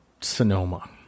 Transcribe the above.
Sonoma